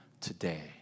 today